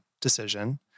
decision